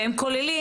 והם כוללים